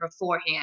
beforehand